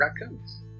raccoons